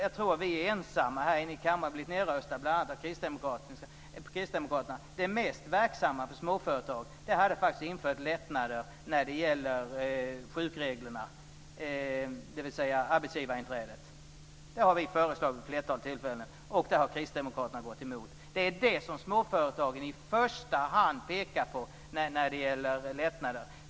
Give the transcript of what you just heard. Jag tror att vi är ensamma här i kammaren - vi har blivit nedröstade av bl.a. kristdemokraterna - om ståndpunkten att det mest verksamma för småföretag skulle vara att införa lättnader när det gäller sjukreglerna, dvs. arbetsgivarinträdet. Det har vi föreslagit vid ett flertal tillfällen, och det har kristdemokraterna gått emot. Det är det småföretagen i första hand pekar på när det gäller lättnader.